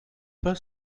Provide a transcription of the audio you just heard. pas